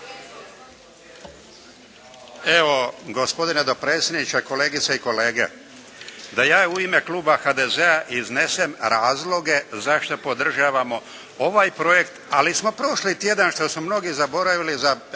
Evo gospodine dopredsjedniče, kolegice i kolege. Da ja u ime kluba HDZ-a iznesem razloge zašto podržavamo ovaj projekt, ali smo prošli tjedan što su mnogi zaboravili